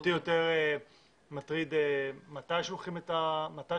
אותי יותר מטריד מתי שולחים את ההודעה,